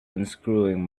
unscrewing